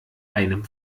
einem